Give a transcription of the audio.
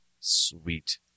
Sweet